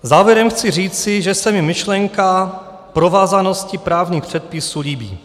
Závěrem chci říci, že se mi myšlenka provázanosti právních předpisů líbí.